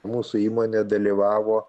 mūsų įmonė dalyvavo